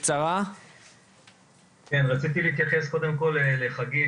רציתי להתייחס קודם כל לחגית,